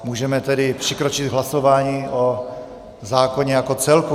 Můžeme tedy přikročit k hlasování o zákonu jako celku.